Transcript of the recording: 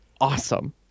awesome